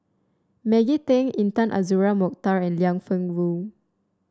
Maggie Teng Intan Azura Mokhtar and Liang Wenfu